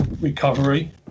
recovery